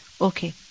okay